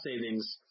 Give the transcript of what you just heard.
savings